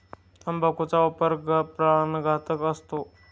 तंबाखूचा वापर प्राणघातक असतो